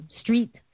street